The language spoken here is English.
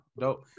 dope